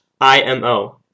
IMO